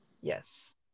Yes